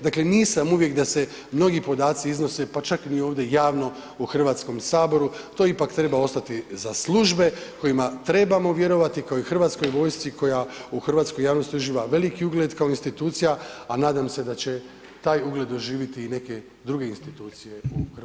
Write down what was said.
Dakle, nisam uvijek da se mnogi podaci iznose pa čak ni ovdje javno u Hrvatskom saboru, to ipak treba ostati za službe kojima trebamo vjerovati kao i Hrvatskoj vojsci koja u hrvatskoj javnosti uživa veliki ugled kao institucija, a nadam se da će taj ugled doživiti i neke druge institucije u hrvatskom društvu.